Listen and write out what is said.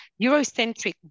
eurocentric